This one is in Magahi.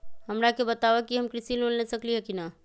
हमरा के बताव कि हम कृषि लोन ले सकेली की न?